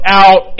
out